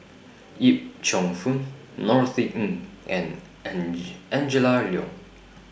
Yip Cheong Fun Norothy Ng and Angela Liong